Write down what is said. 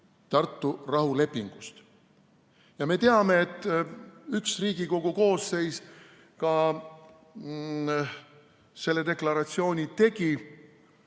Tartu rahulepingust. Me teame, et üks Riigikogu koosseis ka selle deklaratsiooni tegi,